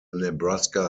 nebraska